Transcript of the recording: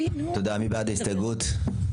מי בעד קבלת ההסתייגות?